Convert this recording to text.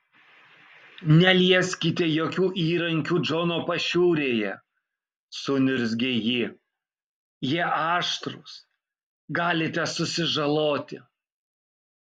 nelieskite jokių įrankių džono pašiūrėje suniurzgė ji jie aštrūs galite susižaloti